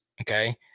Okay